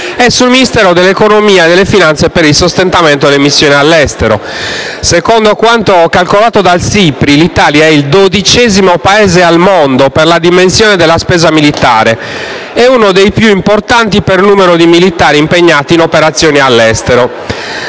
e sul Ministero dell'economia e delle finanze per il sostentamento delle missioni all'estero. Secondo quanto calcolato dal SIPRI, l'Italia è il dodicesimo Paese al mondo per la dimensione della spesa militare e uno dei più importanti per numero di militari impegnati in operazioni all'estero.